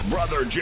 Brother